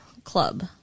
Club